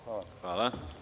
Hvala.